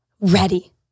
ready